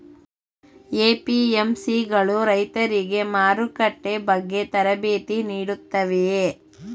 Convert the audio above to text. APMC ಗಳು ರೈತರಿಗೆ ಮಾರುಕಟ್ಟೆ ಬಗ್ಗೆ ತರಬೇತಿ ನೀಡುತ್ತವೆಯೇ?